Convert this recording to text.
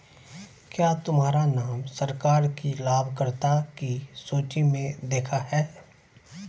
क्या तुम्हारा नाम सरकार की लाभकर्ता की सूचि में देखा है